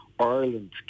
Ireland